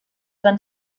van